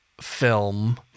film